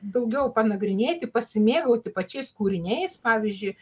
daugiau panagrinėti pasimėgauti pačiais kūriniais pavyzdžiui